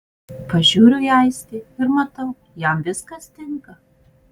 pažiūriu į aistį ir matau jam viskas tinka